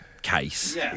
case